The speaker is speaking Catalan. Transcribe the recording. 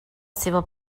seua